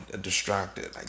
distracted